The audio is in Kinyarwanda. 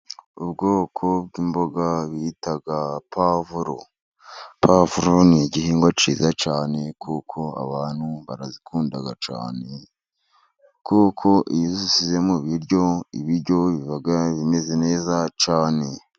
Ubwoko bw'imboga bita Pavuro, Pavuro ni igihingwa cyiza cyane, kuko abantu barazikunda cyane, kuko iyo uzishyize mu ibiryo, ibiryo biba bimeze neza cyane.